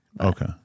Okay